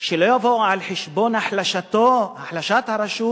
לא יבואו על חשבון החלשת הרשות